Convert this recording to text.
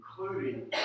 including